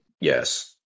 Yes